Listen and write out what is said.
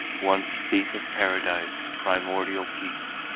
once seat of paradise, primordial peace,